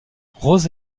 rose